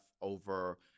over